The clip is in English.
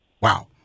Wow